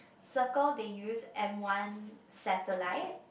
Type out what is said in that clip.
circles they use M one satellite